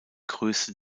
größte